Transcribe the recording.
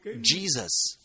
Jesus